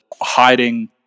hiding